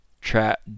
trap